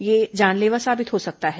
यह जानलेवा साबित हो सकता है